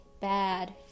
bad